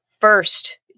first